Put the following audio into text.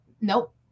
Nope